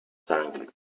jangled